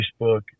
Facebook